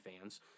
fans